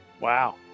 wow